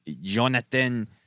Jonathan